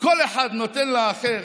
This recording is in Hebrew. כל אחד נותן לאחר